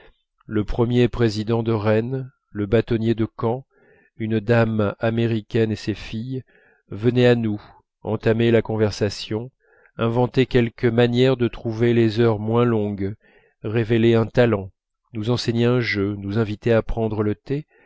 le premier président de rennes la bâtonnier de caen une dame américaine et ses filles venaient à nous entamaient la conversation inventaient quelque manière de trouver les heures moins longues révélaient un talent nous enseignaient un jeu nous invitaient à prendre le thé